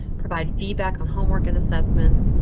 provide feedback on homework and assessments,